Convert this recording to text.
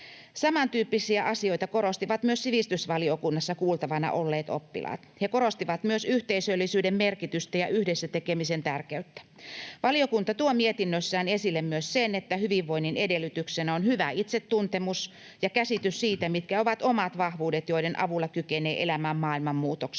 Samantyyppisiä asioita korostivat myös sivistysvaliokunnassa kuultavana olleet oppilaat. He korostivat myös yhteisöllisyyden merkitystä ja yhdessä tekemisen tärkeyttä. Valiokunta tuo mietinnössään esille myös sen, että hyvinvoinnin edellytyksenä on hyvä itsetuntemus ja käsitys siitä, mitkä ovat omat vahvuudet, joiden avulla kykenee elämään maailman muutoksissa.